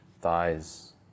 thighs